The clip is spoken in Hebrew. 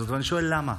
אני שואל: למה?